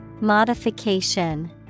modification